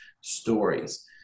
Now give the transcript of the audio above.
stories